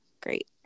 great